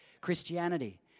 Christianity